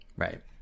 Right